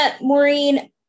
Maureen